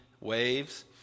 waves